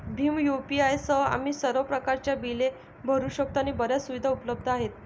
Bhim UPI सह, आम्ही सर्व प्रकारच्या बिले भरू शकतो आणि बर्याच सुविधा उपलब्ध आहेत